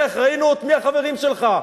לך, ראינו מי החברים שלך.